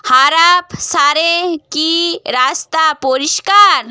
হাড়াপসারে কি রাস্তা পরিষ্কার